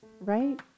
right